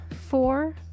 four